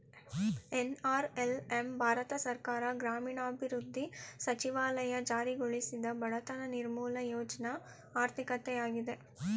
NRLM Bharat ಸರ್ಕಾರ ಗ್ರಾಮೀಣಾಭಿವೃದ್ಧಿ ಸಚಿವಾಲಯ ಜಾರಿಗೊಳಿಸಿದ ಬಡತನ ನಿರ್ಮೂಲ ಯೋಜ್ನ ಆರ್ಥಿಕತೆಯಾಗಿದೆ